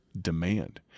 demand